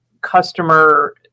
customer